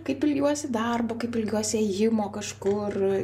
kaip ilgiuosi darbo kaip ilgiuosi ėjimo kažkur